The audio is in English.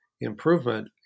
improvement